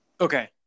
Okay